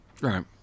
Right